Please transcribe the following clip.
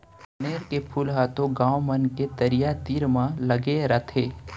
कनेर के फूल ह तो गॉंव मन के तरिया तीर म लगे रथे